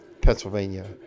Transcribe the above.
Pennsylvania